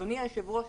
אדוני היושב-ראש,